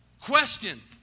question